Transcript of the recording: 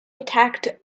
attacked